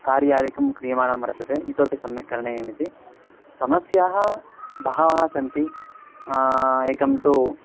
कार्यादिकं क्रियमाणं वर्तते इतोपि सम्यक् करणीयमिति समस्याः बह्व्यः सन्ति एका तु